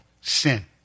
Sin